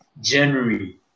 January